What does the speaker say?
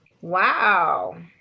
Wow